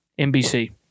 NBC